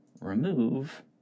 Remove